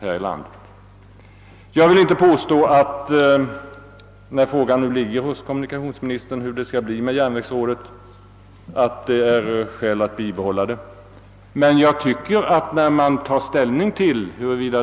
Frågan om att avskaffa järnvägsrådet ligger nu hos kommunikationsministern för bedömning, och jag vill inte påstå att det finns anledning att bibehålla det med rådets nuvarande inställning till sin uppgift.